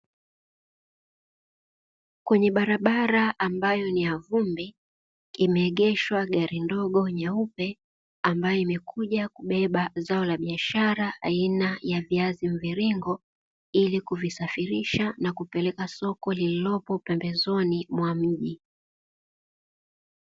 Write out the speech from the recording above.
Kwenye barabara ambayo ni ya vumbi imeegeshwa gari ndogo nyeupe ambayo imekuja kubeba zao la biashara aina ya viazi mviringo, ili kuvisafirisha na kupeleka soko lililopo pembezoni mwa mji.